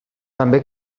també